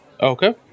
Okay